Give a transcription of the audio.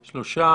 הצבעה בעד,4 נגד,